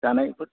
जानायफोर